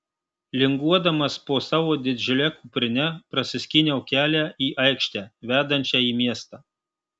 linguodamas po savo didžiule kuprine prasiskyniau kelią į aikštę vedančią į miestą